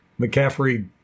McCaffrey